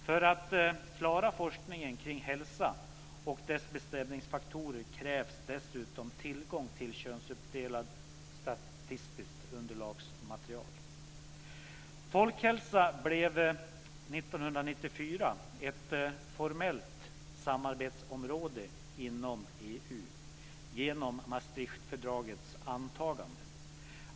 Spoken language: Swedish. För att klara forskningen kring hälsa och dess bestämningsfaktorer krävs dessutom tillgång till könsuppdelat statistiskt underlagsmaterial. Folkhälsa blev 1994 ett formellt samarbetsområde inom EU genom Maastrichtfördragets antagande.